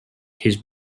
his